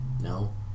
No